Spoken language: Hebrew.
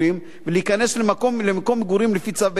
ולהיכנס למקום מגורים לפי צו בית-משפט.